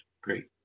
Great